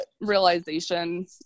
realization